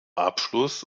abschluss